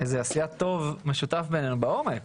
עשיית טוב משותף בינינו בעומק,